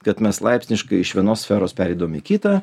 kad mes laipsniškai iš vienos sferos pereidavom kitą